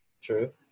True